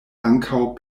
ankaŭ